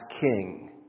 king